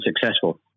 successful